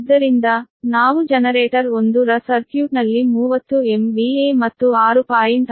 ಆದ್ದರಿಂದ ನಾವು ಜನರೇಟರ್ 1 ರ ಸರ್ಕ್ಯೂಟ್ನಲ್ಲಿ 30 MVA ಮತ್ತು 6